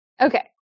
Okay